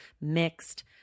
mixed